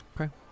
Okay